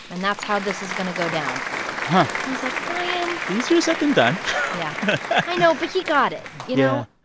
and that's how this is going to go down. and i was like, ryan. easier said than done yeah. i know. but he got it, you know?